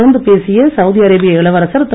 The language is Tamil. தொடர்ந்து பேசிய சௌதி அரேபிய இளவரசர் திரு